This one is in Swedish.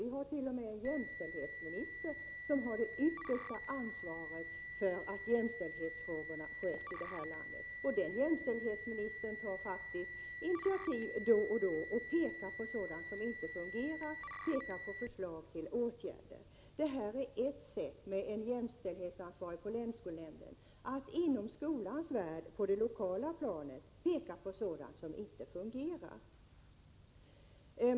Vi har t.o.m. en jämställdhetsminister, som har det yttersta ansvaret för att jämställdhetsfrågorna sköts. Den jämställdhetsministern tar faktiskt initiativ då och då, pekar på sådant som inte fungerar och ger förslag till åtgärder. Att ha en jämställdhetsansvarig på länsskolnämnden är ett sätt att inom skolans värld på det lokala planet hålla i jämställdhetsfrågorna och peka på sådant som inte fungerar.